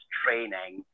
training